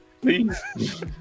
please